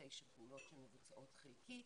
ותשע פעולות שמבוצעות חלקית.